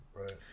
Right